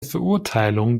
verurteilung